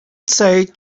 say